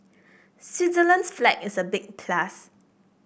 Switzerland's flag is a big plus